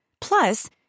Plus